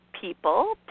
people